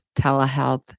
telehealth